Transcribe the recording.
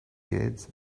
kids